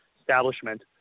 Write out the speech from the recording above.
establishment